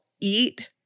eat